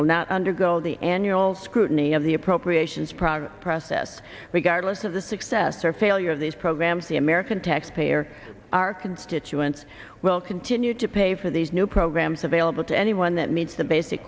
will not undergo the annual scrutiny of the appropriations progress process regardless of the success or failure of these programs the american taxpayer are constituents welcome to to pay for these new programs available to anyone that meets the basic